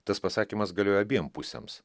tas pasakymas galioja abiem pusėms